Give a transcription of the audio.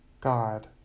God